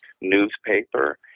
newspaper